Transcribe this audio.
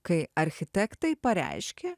kai architektai pareiškė